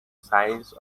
signs